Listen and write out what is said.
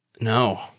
No